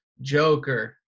Joker